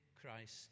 Christ